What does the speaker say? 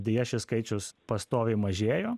deja šis skaičius pastoviai mažėjo